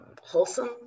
wholesome